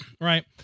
Right